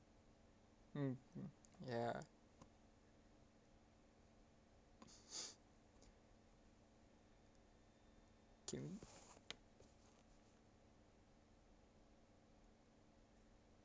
mm mm ya game